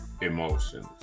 emotions